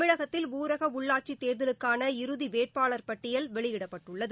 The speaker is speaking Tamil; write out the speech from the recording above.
தமிழகத்தில் ஊரக உள்ளாட்சி தேர்தலுக்கான இறுதி வேட்பாளர் பட்டியல் வெளியிடப்பட்டுள்ளது